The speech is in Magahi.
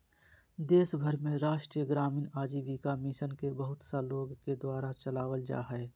देश भर में राष्ट्रीय ग्रामीण आजीविका मिशन के बहुत सा लोग के द्वारा चलावल जा हइ